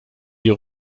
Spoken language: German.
die